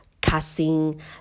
cussing